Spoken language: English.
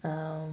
um